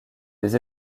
des